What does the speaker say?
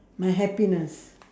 my happiness